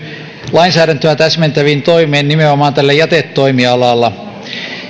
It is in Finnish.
lainsäädäntöä täsmentäviin toimiin nimenomaan tällä jätetoimialalla